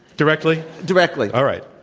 directly? directly. all right.